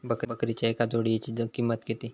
बकरीच्या एका जोडयेची किंमत किती?